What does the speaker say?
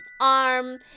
arm